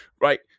Right